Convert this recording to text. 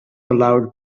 allowed